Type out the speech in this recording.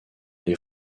les